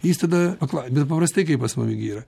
jis tada aklai bet paprastai kai pas mumi gi yra